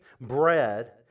bread